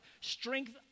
strength